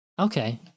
Okay